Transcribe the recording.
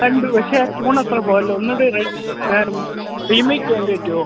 കണ്ടു പക്ഷേ ആ ട്യൂൺ അത്ര പോരല്ലോ ഒന്നത് റീമേക്ക് ചെയ്യാൻ വേണ്ടി പറ്റുമോ